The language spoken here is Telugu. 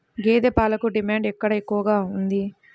గేదె పాలకు డిమాండ్ ఎక్కడ ఎక్కువగా ఉంది?